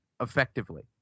effectively